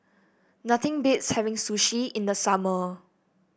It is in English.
nothing beats having Sushi in the summer